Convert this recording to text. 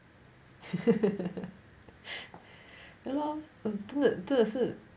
ya lor 真的真的是